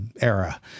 era